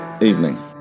evening